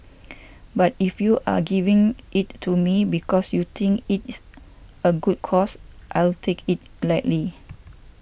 but if you are giving it to me because you think it's a good cause I'll take it gladly